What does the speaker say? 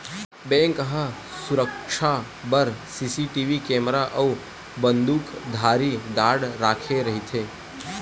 bank ह सुरक्छा बर सीसीटीवी केमरा अउ बंदूकधारी गार्ड राखे रहिथे